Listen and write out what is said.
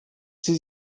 sie